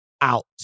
out